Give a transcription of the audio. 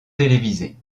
télévisées